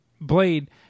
Blade